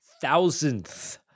thousandth